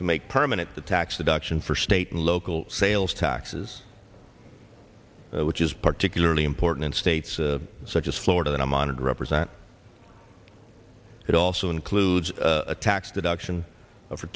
to make permanent the tax deduction for state and local sales taxes which is particularly important in states such as florida that i'm honored to represent it also includes a tax deduction for